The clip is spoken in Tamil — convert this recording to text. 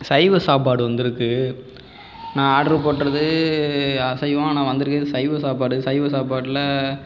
சைவ சாப்பாடு வந்திருக்கு நான் ஆட்ரு போட்டது அசைவம் ஆனால் வந்துருக்கறது சைவ சாப்பாடு சைவ சாப்பாட்டில்